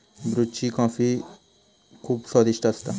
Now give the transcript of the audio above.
ब्रुची कॉफी खुप स्वादिष्ट असता